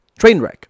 Trainwreck